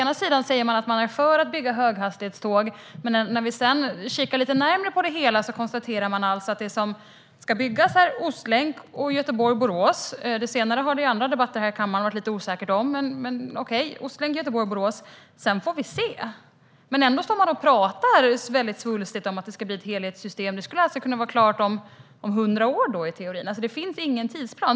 Ni säger att ni är för att bygga höghastighetståg, men när man kikar lite närmare på det hela kan man konstatera att det som ska byggas är Ostlänken och banan mellan Göteborg och Borås. Det senare har det rått viss osäkerhet om i andra debatter här i kammaren. Men okej, det blir Ostlänken och Göteborg-Borås. Sedan har ni sagt att vi får se. Ändå står ni och talar väldigt svulstigt om att det ska bli ett helhetssystem. Det skulle alltså i teorin kunna vara klart om hundra år. Det finns ingen tidsplan.